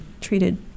treated